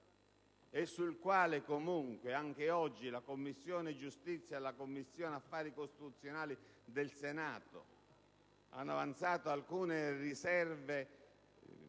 e sul quale, comunque, anche oggi la Commissione giustizia e la Commissione affari costituzionali del Senato hanno avanzato alcune riserve